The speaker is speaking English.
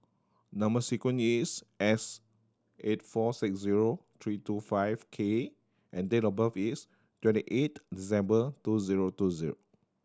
number sequence is S eight four six zero three two five K and date of birth is twenty eight two zero two zero